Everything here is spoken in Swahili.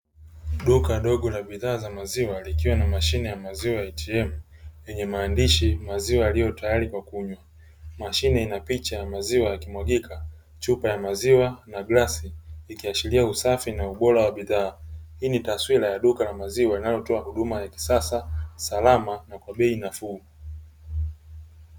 Duka dogo la bidhaa za maziwa likiwa na mashine ya maziwa "ATM" yenye maandishi maziwa yaliyo tayari kwa kunywa. Mashine inapicha ya maziwa kumwagika, chupa ya maziwa na glasi ikiashiria usafi na ubora wa bidhaa. Hii ni taswira ya duka la maziwa inayotoa huduma za kisasa, salama na kwa bei nafuu.